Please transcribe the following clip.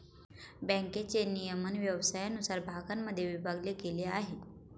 बँकेचे नियमन व्यवसायानुसार भागांमध्ये विभागले गेले आहे